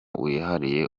wihariye